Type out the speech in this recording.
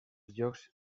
jocs